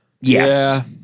Yes